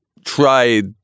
tried